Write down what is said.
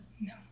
No